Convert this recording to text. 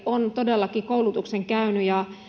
on todellakin koulutuksen käynyt ja